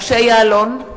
משה יעלון,